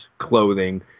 clothing